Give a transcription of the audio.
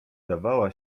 dawała